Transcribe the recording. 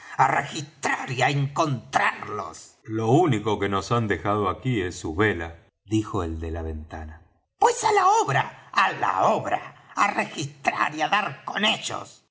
á registrar y á encontrarlos lo único que nos han dejado aquí es su vela dijo el de la ventana pues á la obra á la obra á registrar y á dar con ellos